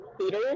theater